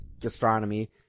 gastronomy